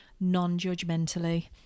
non-judgmentally